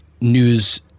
news